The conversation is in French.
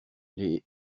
les